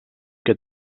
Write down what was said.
que